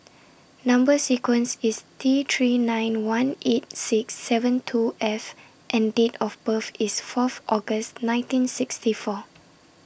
Number sequence IS T three nine one eight six seven two F and Date of birth IS Fourth August nineteen sixty four